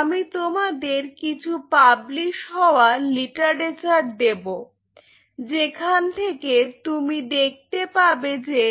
আমি তোমাদের কিছু পাবলিশ হওয়া লিটারেচার দেব যেখান থেকে তুমি দেখতে পাবে যে